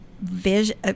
vision